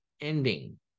ending